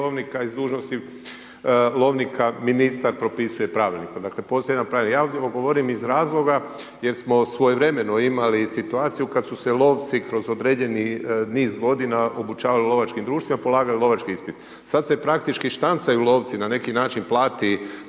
lovnika iz dužnosti lovnika ministar propisuje Pravilnikom. Dakle, postoji jedan Pravilnik. Ja ovdje govorim iz razloga jer smo svojevremeno imali situaciju kada su se lovci kroz određeni niz godina obučavali u lovačkim društvima, polagali lovački ispit. Sad se praktički štancaju lovci, na neki način plati